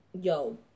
yo